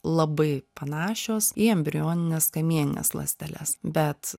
labai panašios į embrionines kamienines ląsteles bet